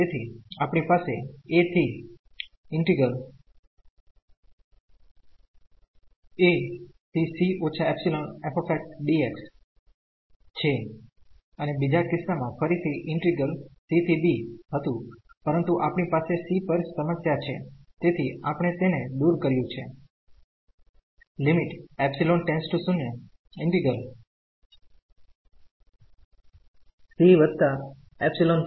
તેથી આપણી પાસે a થી છે અને બીજા કિસ્સામાં ફરીથી ઈન્ટિગ્રલ c ¿ b હતું પરંતુ આપણી પાસે c પર સમસ્યા છે તેથી આપણે તેને દૂર કર્યું છેલઈને